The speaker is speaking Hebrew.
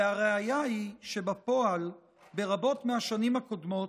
והראיה היא שבפועל, ברבות מהשנים הקודמות,